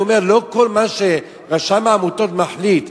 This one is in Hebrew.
אני אומר שלא כל מה שרשם העמותות מחליט